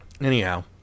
Anyhow